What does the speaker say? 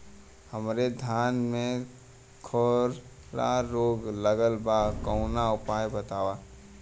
हमरे धान में खैरा रोग लगल बा कवनो उपाय बतावा?